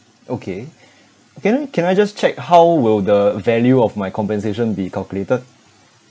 okay can I can I just check how will the value of my compensation be calculated